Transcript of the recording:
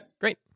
Great